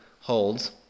holds